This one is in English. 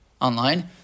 online